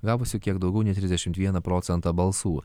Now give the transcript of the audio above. gavusi kiek daugiau nei trisdešimt vieną procentą balsų